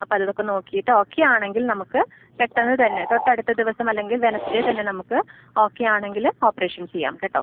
അപ്പൊതക്കെ നോക്കീട്ട് ഓക്കെ ആണെങ്കിൽ നമുക്ക് പെട്ടെന്ന് തന്നെ തൊട്ടടുത്ത ദിവസം അല്ലെങ്കിൽ വെനസ്ഡേ തന്നെ നമുക്ക് ഓക്കെ ആണെങ്കിൽ ഓപ്പറേഷൻ ചെയ്യാം കേട്ടോ